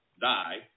die